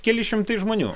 keli šimtai žmonių